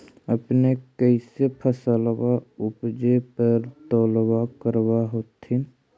अपने कैसे फसलबा उपजे पर तौलबा करबा होत्थिन?